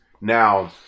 Now